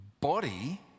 Body